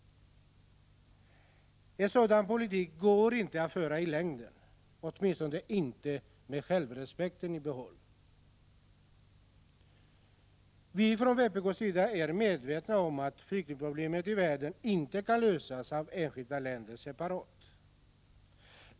En sådan politik kan man inte föra i längden, åtminstone inte med självrespekten i behåll. Vi från vpk är medvetna om att flyktingproblemet i världen inte kan lösas av enskilda länder separat.